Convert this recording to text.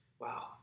Wow